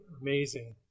amazing